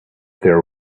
there